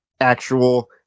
actual